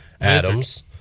Adams